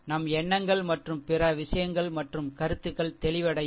நம் எண்ணங்கள் மற்றும் பிற விஷயங்கள் மற்றும் கருத்துக்கள் தெளிவடையும்